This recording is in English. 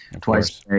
Twice